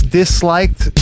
disliked